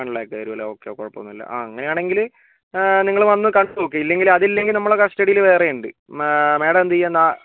one lakh തരും അല്ലേ okay കുഴപ്പമൊന്നുമില്ല അങ്ങനെയാണെങ്കിൽ നിങ്ങൾ വന്ന് കണ്ടു നോക്ക് ഇല്ലെങ്കിൽ അതില്ലെങ്കില് നമ്മുടെ കസ്റ്റഡിയിൽ വേറെ ഉണ്ട് മാഡം എന്ത് ചെയ്യുന്നതാണ്